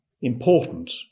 important